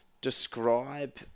Describe